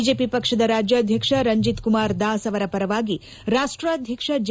BJP ಪಕ್ಷದ ರಾಜ್ಯಾಧ್ಯಕ್ಷ ರಂಜೀತ ಕುಮಾರ್ ದಾಸ್ ಅವರ ಪರವಾಗಿ ರಾಷ್ಟಾಧ್ಯಕ್ಷ ಜೆ